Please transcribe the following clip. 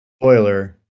Spoiler